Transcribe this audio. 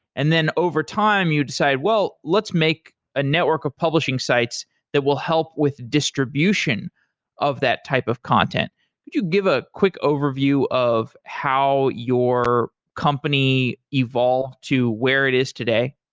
and then over time you decide, well let's make a network of publishing sites that will help with distribution of that type of content. would you give a quick overview of how your company evolved to where it is today?